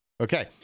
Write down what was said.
Okay